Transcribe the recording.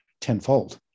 tenfold